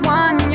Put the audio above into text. one